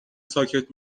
ساکت